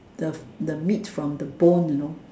the the meat from the bone you know